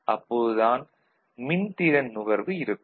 அப்போது தான் மின்திறன் நுகர்வு இருக்கும்